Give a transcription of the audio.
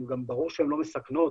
גם ברור שהן לא מסכנות,